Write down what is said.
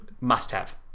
must-have